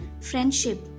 friendship